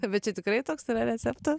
bet čia tikrai toks yra recepta